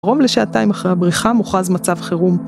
קרוב לשעתיים אחרי הבריחה מוכרז מצב חירום.